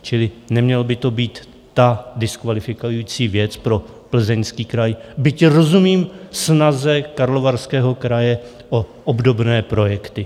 Čili neměla by to být ta diskvalifikující věc pro Plzeňský kraj, byť rozumím snaze Karlovarského kraje o obdobné projekty.